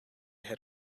had